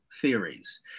theories